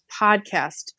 podcast